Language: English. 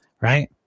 right